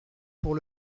pour